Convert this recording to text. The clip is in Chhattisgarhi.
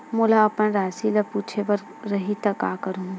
मोला अपन राशि ल पूछे बर रही त का करहूं?